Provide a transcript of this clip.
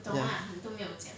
ya